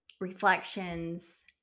reflections